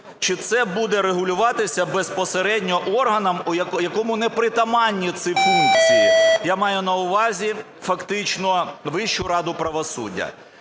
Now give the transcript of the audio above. чи це буде регулюватися безпосередньо органом, якому не притаманні ці функції? Я маю на увазі фактично Вищу раду правосуддя.